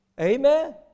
Amen